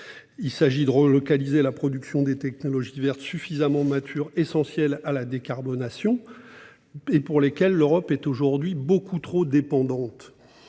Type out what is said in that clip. dit-on, de relocaliser la production de technologies vertes suffisamment matures, essentielles à la décarbonation, pour lesquelles l'Europe est aujourd'hui bien trop dépendante.